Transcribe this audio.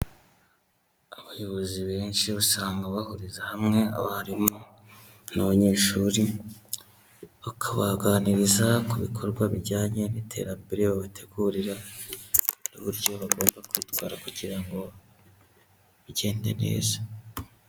Abayobozi benshi usanga bahuriza hamwe abarimu n'abanyeshuri, bakabaganiriza ku bikorwa bijyanye n'iterambere babategurira, uburyo bagomba kwitwara kugira ngo bigende neza.